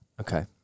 Okay